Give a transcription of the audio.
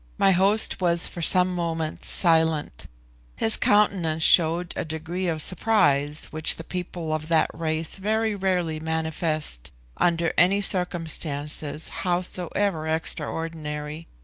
my host was for some moments silent his countenance showed a degree of surprise which the people of that race very rarely manifest under any circumstances, howsoever extraordinary.